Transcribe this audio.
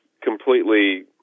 completely